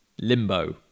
Limbo